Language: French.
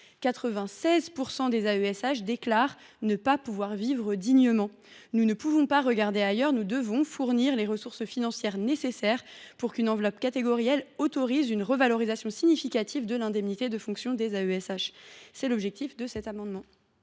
96 % des AESH déclarent ne pas pouvoir vivre dignement de leur profession. Nous ne pouvons pas regarder ailleurs : nous devons fournir les ressources financières nécessaires, pour qu’une enveloppe catégorielle autorise la revalorisation significative de l’indemnité de fonction des AESH. L’amendement